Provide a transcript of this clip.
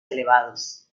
elevados